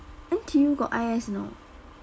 N_T_U got I_S or not